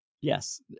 yes